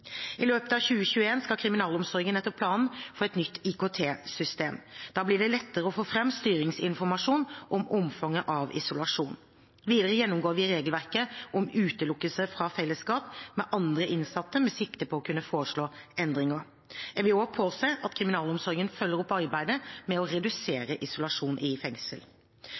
I løpet av 2021 skal kriminalomsorgen etter planen få et nytt IKT-system. Da blir det lettere å få fram styringsinformasjon om omfanget av isolasjon. Videre gjennomgår vi regelverket om utelukkelse fra fellesskap med andre innsatte, med sikte på å kunne foreslå endringer. Jeg vil også påse at kriminalomsorgen følger opp arbeidet med å redusere isolasjon i fengsel.